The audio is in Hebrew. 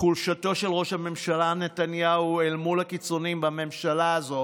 חולשתו של ראש הממשלה נתניהו אל מול הקיצוניים בממשלה הזו